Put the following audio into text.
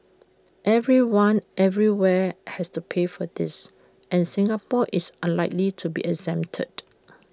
everyone everywhere has to pay for this and Singapore is unlikely to be exempted